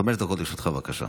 חמש דקות לרשותך, בבקשה.